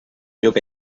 llop